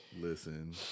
Listen